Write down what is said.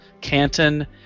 Canton